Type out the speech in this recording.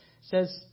Says